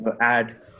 add